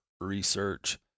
research